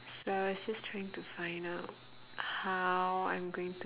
so I was just trying to find out how I'm going to